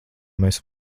mēs